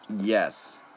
Yes